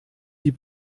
die